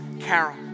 carol